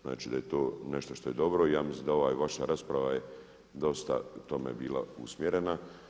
Znači da je to nešto što je dobro i ja mislim da ova vaša rasprava je dosta u tome bila usmjerena.